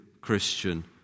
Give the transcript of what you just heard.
Christian